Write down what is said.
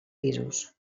pisos